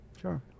Sure